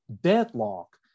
deadlock